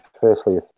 Firstly